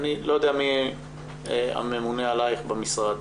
לא יודע מי הממונה עלייך במשרד.